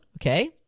okay